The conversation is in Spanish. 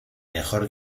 mejor